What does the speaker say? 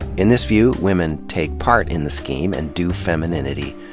in this view, women take part in the scheme, and do femininity,